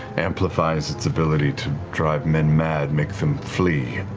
amplifies its ability to drive men mad, make them flee.